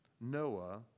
Noah